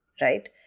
right